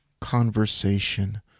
conversation